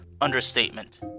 understatement